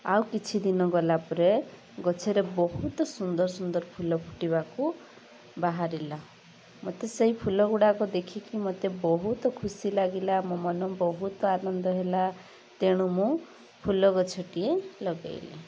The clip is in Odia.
ଆଉ କିଛି ଦିନ ଗଲା ପରେ ଗଛରେ ବହୁତ ସୁନ୍ଦର ସୁନ୍ଦର ଫୁଲ ଫୁଟିବାକୁ ବାହାରିଲା ମତେ ସେଇ ଫୁଲ ଗୁଡ଼ାକ ଦେଖିକି ମତେ ବହୁତ ଖୁସି ଲାଗିଲା ମୋ ମନ ବହୁତ ଆନନ୍ଦ ହେଲା ତେଣୁ ମୁଁ ଫୁଲ ଗଛ ଟିଏ ଲଗେଇଲି